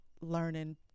learning